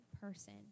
person